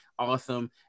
awesome